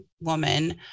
woman